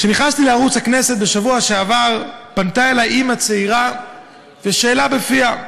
כשנכנסתי לערוץ הכנסת בשבוע שעבר פנתה אלי אימא צעירה ושאלה בפיה: